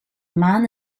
man